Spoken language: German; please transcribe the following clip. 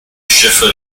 schiffe